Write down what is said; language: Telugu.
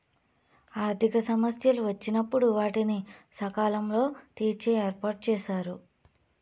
ఆర్థిక సమస్యలు వచ్చినప్పుడు వాటిని సకాలంలో తీర్చే ఏర్పాటుచేశారు